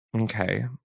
Okay